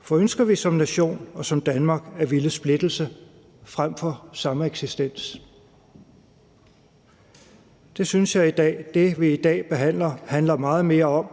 For ønsker vi som nation og som Danmark at ville splittelse frem for sameksistens? Det synes jeg at det, vi i dag behandler, handler meget mere om,